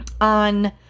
on